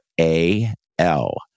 A-L